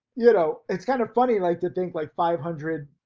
you know it's kind of funny, like to think like five hundred,